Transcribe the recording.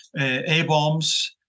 A-bombs